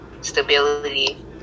Stability